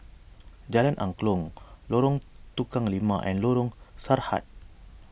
Jalan Angklong Lorong Tukang Lima and Lorong Sarhad